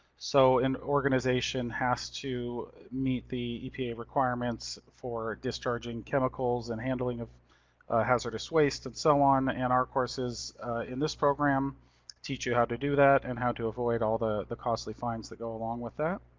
so an organization has to meet the epa requirements for discharging chemicals and handling of hazardous waste and so on. and our courses in this program teach you how to do that and how to avoid all the the costly fines that go along with that.